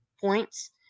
points